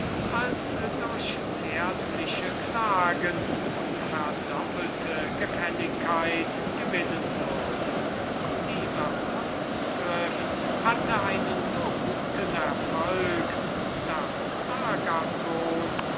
als durch zärtliche klagen und verdoppelte gefälligkeit gewinnen würde dieser rat hatte einen so guten erfolg daß agathon